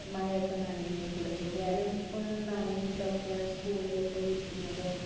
മഴയൊക്കെ നനഞ്ഞ് കുട ചൂടിയാലും ഫുൾ നഞ്ഞിട്ടൊക്കെ സ്കൂളിൽ പോയി ഇരിക്കുന്നതും